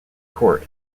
court